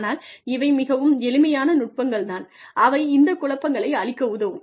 ஆனால் இவை மிகவும் எளிமையான நுட்பங்கள் தான் அவை இந்த குழப்பங்களை அழிக்க உதவும்